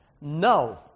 No